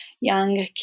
young